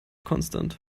constant